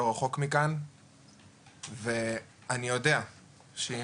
לא רחוק מכאן ואני יודע שאם